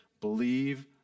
believe